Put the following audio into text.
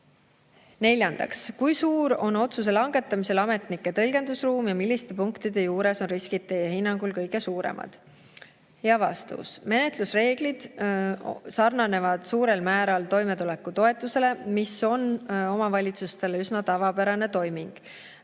Neljandaks: "Kui suur on otsuse langetamisel ametnike tõlgendusruum ja milliste punktide juures on riskid teie hinnangul kõige suuremad?" Vastus: menetlusreeglid sarnanevad suurel määral toimetulekutoetusega, mis on omavalitsustele üsna tavapärane toiming.